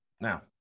Now